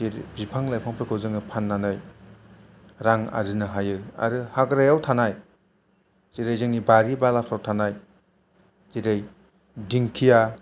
जेरै बिफां लाइफांफोरखौ जोङो फान्नानै रां आरजिनो हायो आरो हाग्रायाव थानाय जेरै जोंनि बारि बागानफ्राव थानाय जेरै दिंखिया